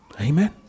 Amen